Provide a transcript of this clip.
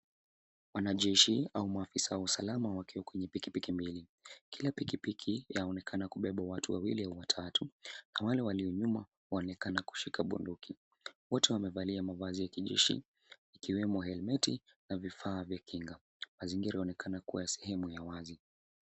Wanajeshi au maafisa wa usalama wakiwa kwenye pikipiki mbili. Kila pikipiki, yaonekana kubeba watu wawili au watatu, na wale walio nyuma waonekana kushika bunduki .Wote wamevalia mavazi ya kijeshi, ikiwemo helmeti na vifaa vya kinga. Mazingira yaonekana kuwa sehemu ya wazi.